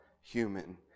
human